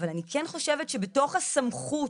אבל, אני כן חושבת שבתוך הסמכות